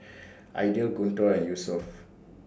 Aidil Guntur and Yusuf